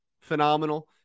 Phenomenal